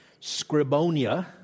Scribonia